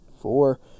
Four